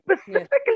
Specifically